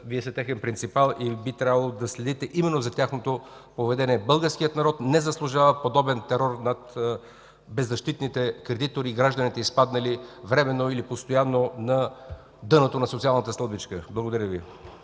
Вие сте техен принципал и би трябвало да следите именно за тяхното поведение. Българският народ не заслужава подобен терор – беззащитните кредитори и гражданите, изпаднали временно или постоянно на дъното на социалната стълбичка. Благодаря Ви.